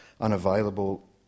unavailable